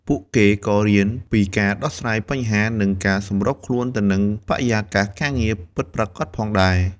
ពួកគេក៏រៀនពីការដោះស្រាយបញ្ហា និងការសម្របខ្លួនទៅនឹងបរិយាកាសការងារពិតប្រាកដផងដែរ។